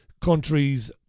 countries